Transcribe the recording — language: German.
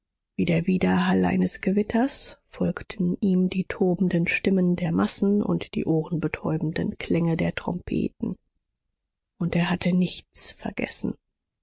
wie der widerhall eines gewitters folgten ihm die tobenden stimmen der massen und die ohrenbetäubenden klänge der trompeten und er hatte nichts vergessen